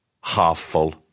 half-full